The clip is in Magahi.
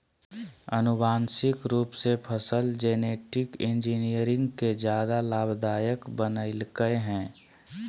आनुवांशिक रूप से फसल जेनेटिक इंजीनियरिंग के ज्यादा लाभदायक बनैयलकय हें